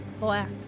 black